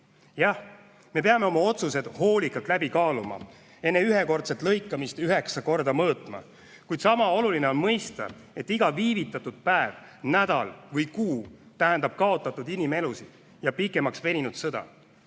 Jah, me peame oma otsused hoolikalt läbi kaaluma, enne üks kord lõikamist üheksa korda mõõtma, kuid sama oluline on mõista, et iga viivitatud päev, nädal või kuu tähendab kaotatud inimelusid ja pikemaks veninud sõda.